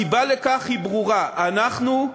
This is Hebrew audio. הסיבה לכך היא ברורה: אנחנו,